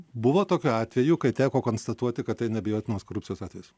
buvo tokių atvejų kai teko konstatuoti kad tai neabejotinos korupcijos atvejis